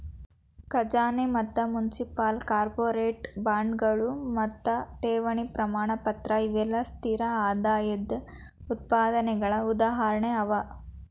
ಖಜಾನಿ ಮತ್ತ municipal, corporate ಬಾಂಡ್ಗಳು ಮತ್ತು ಠೇವಣಿ ಪ್ರಮಾಣಪತ್ರ ಇವೆಲ್ಲಾ ಸ್ಥಿರ ಆದಾಯದ್ ಉತ್ಪನ್ನಗಳ ಉದಾಹರಣೆ ಅವ